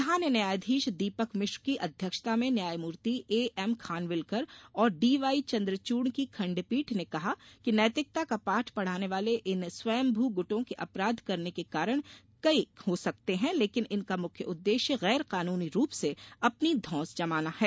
प्रधान नयायाधीश दीपक मिश्र की अध्यक्षता में न्यायमूर्ति ए एम खानविलकर और डी वाई चन्द्रचूड की खंडपीठ ने कहा कि नैतिकता का पाठ पढ़ाने वाले इन स्वंयमू गुटों के अपराध करने के कारण कई हो सकते है लेकिन इनका मुख्य उद्देश्य गैर कानूनी रूप से अपनी धौंस जमाना है